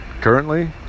currently